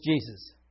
Jesus